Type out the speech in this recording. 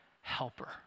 helper